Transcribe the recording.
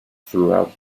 throughout